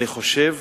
אני חושב